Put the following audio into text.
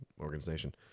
organization